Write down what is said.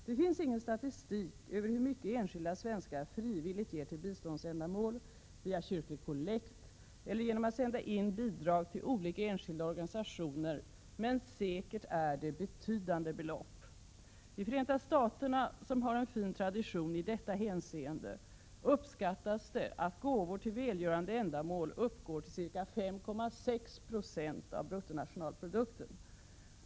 Det finns ingen statistik över hur mycket enskilda svenskar frivilligt ger till biståndsändamål via kyrklig kollekt eller genom att sända bidrag till olika enskilda organisationer, men säkert är det betydande belopp. I Förenta Staterna, som har en fin tradition i detta hänseende, uppskattas det att gåvor till välgörande ändamål uppgår till ca 5,6 76 av BNP.